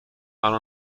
الان